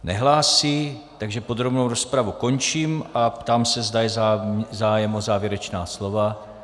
Nehlásí, takže podrobnou rozpravu končím a ptám se, zda je zájem o závěrečná slova.